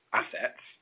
assets